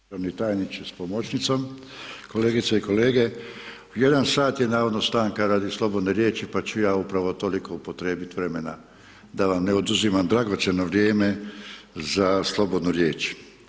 državni tajniče s pomoćnicom, kolegice i kolege, u jedan sat je navodno stanka radi slobodne riječi, pa ću ja upravo toliko upotrijebiti vremena da vam ne oduzimam dragocjeno vrijeme za slobodnu riječ.